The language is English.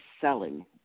selling